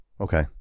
Okay